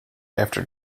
after